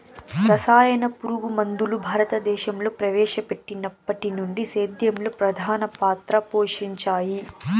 రసాయన పురుగుమందులు భారతదేశంలో ప్రవేశపెట్టినప్పటి నుండి సేద్యంలో ప్రధాన పాత్ర పోషించాయి